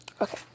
Okay